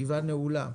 הישיבה נעולה.